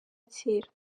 kera